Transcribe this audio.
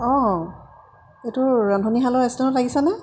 অঁ এইটো ৰান্ধনীশালৰ ৰেষ্টুৰেণ্টত লাগিছেনে